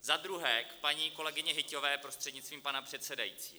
Za druhé, k paní kolegyni Hyťhové, prostřednictvím pana předsedajícího.